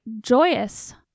joyous